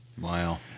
Wow